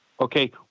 okay